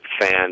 fans